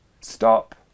stop